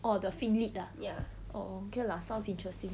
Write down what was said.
orh the fin lit ah orh okay lah sounds interesting